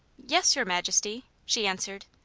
yes, your majesty, she answered.